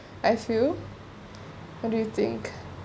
I feel what do you think